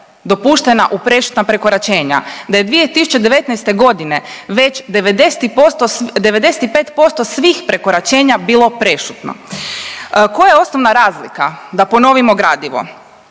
dopuštena u prešutna prekoračenja. Da je 2019. godine već 90 i posto, 95% svih prekoračenja bilo prešutno. Koja je osnovna razlika? Da ponovimo gradivo,